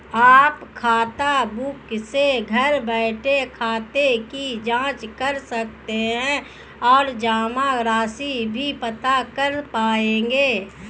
आप खाताबुक से घर बैठे खाते की जांच कर सकते हैं और जमा राशि भी पता कर पाएंगे